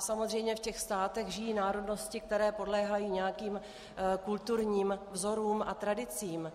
Samozřejmě v těch státech žijí národnosti, které podléhají nějakým kulturním vzorům a tradicím.